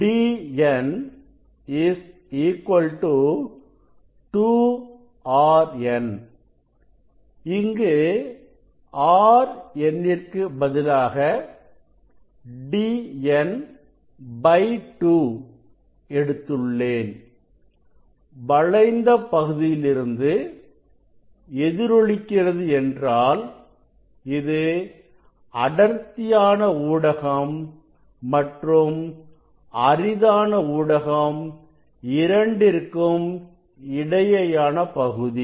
Dn 2r n நான் rn இற்கு பதிலாக Dn 2 எடுத்துள்ளேன் வளைந்த பகுதியிலிருந்து எதிரொலிக்கிறது என்றால் இது அடர்த்தியான ஊடகம் மற்றும் அரிதான ஊடகம் இரண்டிற்கும் இடையேயான பகுதி